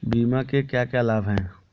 बीमा के क्या क्या लाभ हैं?